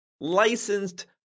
licensed